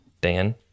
Dan